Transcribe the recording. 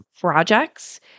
projects